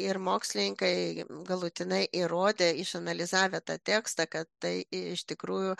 ir mokslininkai galutinai įrodė išanalizavę tą tekstą kad tai iš tikrųjų